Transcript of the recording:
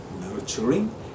nurturing